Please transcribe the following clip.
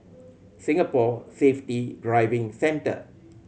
Singapore Safety Driving Centre